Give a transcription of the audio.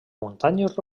muntanyes